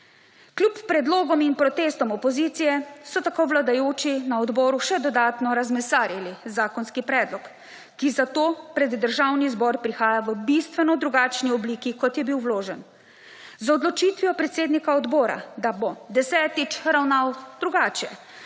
Kljub predlogom in protestom opozicije so tako vladajoči na odboru še dodatno razmesarili zakonski predlog, ki zato pred Državni zbor prihaja v bistveno drugačni obliki kot je bil vložen. Z odločitvijo predsednika odbora, da bo desetič ravnal drugače